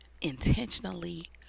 intentionally